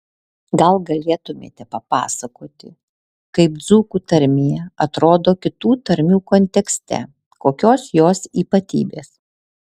gal galėtumėte papasakoti kaip dzūkų tarmė atrodo kitų tarmių kontekste kokios jos ypatybės